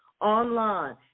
online